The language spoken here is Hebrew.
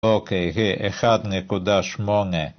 אוקיי, אחד נקודה שמונה...